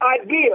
idea